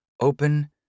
Open